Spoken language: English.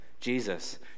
Jesus